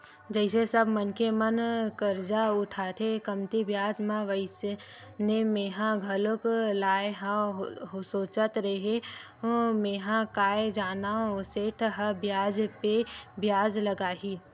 जइसे सब मनखे मन करजा उठाथे कमती बियाज म वइसने मेंहा घलोक लाय हव सोचत रेहेव मेंहा काय जानव सेठ ह बियाज पे बियाज लगाही